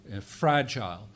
fragile